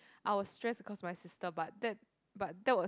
I was stress because of my sister but that but that was